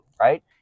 right